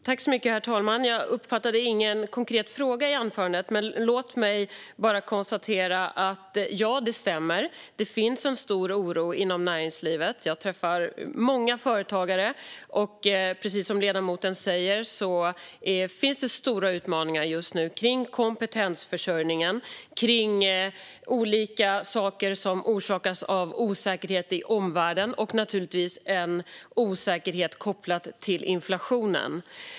Herr talman! Jag uppfattade ingen konkret fråga i anförandet. Men låt mig bara konstatera att det stämmer att det finns en stor oro inom näringslivet. Jag träffar många företagare. Och precis som ledamoten säger finns det stora utmaningar just nu kring kompetensförsörjningen och kring olika saker som orsakas av osäkerhet i omvärlden och naturligtvis en osäkerhet kopplad till inflationen.